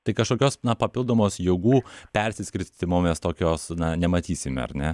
tai kažkokios papildomos jėgų persiskirstymo mes tokios na nematysime ar ne